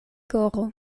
koro